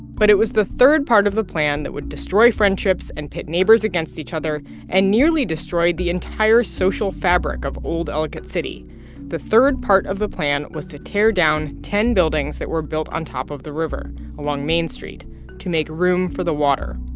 but it was the third part of the plan that would destroy friendships and pit neighbors against each other and nearly destroy the entire social fabric of old ellicott city the third part of the plan was to tear down ten buildings that were built on top of the river along main street to make room for the water.